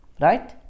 Right